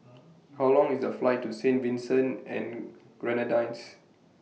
How Long IS The Flight to Saint Vincent and Grenadines